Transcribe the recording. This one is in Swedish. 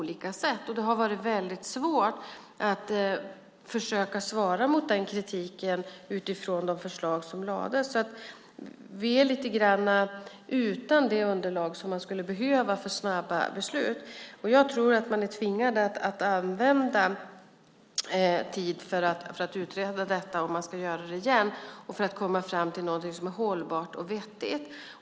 Det har varit väldigt svårt att försöka svara mot den kritiken utifrån de förslag som lades, så vi är lite grann utan det underlag som man skulle behöva för snabba beslut. Jag tror att man är tvingad att använda tid för att utreda detta, om man ska göra det igen, och komma fram till något som är hållbart och vettigt.